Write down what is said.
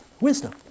Wisdom